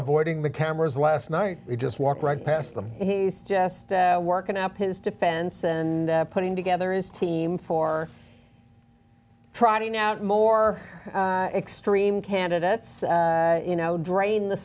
voiding the cameras last night he just walked right past them he's just working up his defense and putting together his team for trotting out more extreme candidates you know drain the